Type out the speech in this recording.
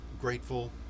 grateful